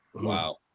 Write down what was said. Wow